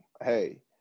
hey